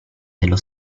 dello